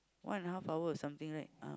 one and a half hour or something right